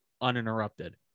uninterrupted